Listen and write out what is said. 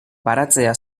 baratzea